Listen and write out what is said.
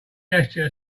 gesture